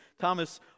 Thomas